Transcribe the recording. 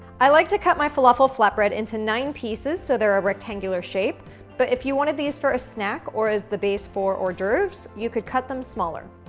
i like to cut my falafel flatbread into nine pieces so they're a rectangular shape but if you wanted these for a snack or as the base for hors d'oeuvres you could cut them smaller.